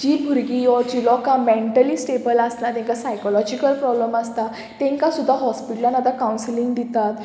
जी भुरगीं यो जी लोकांक मॅण्टली स्टेबल आसना तांकां सायकोलॉजीकल प्रोब्लम आसता तांकां सुद्दां हॉस्पिटलान आतां कावन्सिलींग दितात